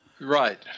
Right